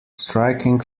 striking